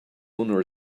owner